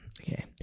Okay